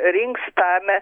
rinks tame